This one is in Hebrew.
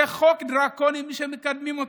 זה חוק דרקוני שמקדמים אותו.